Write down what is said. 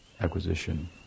acquisition